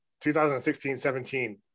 2016-17